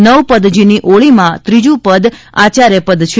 નવપદજીની ઓળીમાં ત્રીજું પદ આચાર્યપદ છે